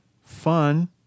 fun